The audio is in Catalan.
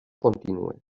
contínues